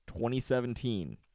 2017